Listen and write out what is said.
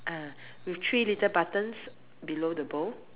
ah with three little buttons below the bow